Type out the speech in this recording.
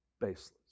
baseless